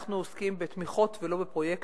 אנחנו עוסקים בתמיכות ולא בפרויקטים.